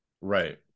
right